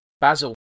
Basil